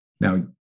Now